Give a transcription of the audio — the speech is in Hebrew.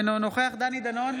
אינו נוכח דני דנון,